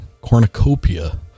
cornucopia